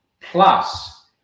Plus